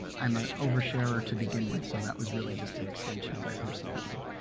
i'm an over-sharer to begin with, so that was really just an extension of my personality.